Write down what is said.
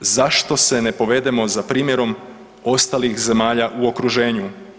Zašto se ne povedemo za primjerom ostalih zemalja u okruženju?